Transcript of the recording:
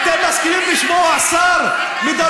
אתם מסכימים לשמוע שר מדבר על חברי הכנסת,